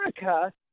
America